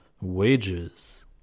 wages